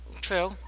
True